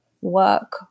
work